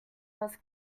was